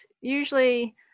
usually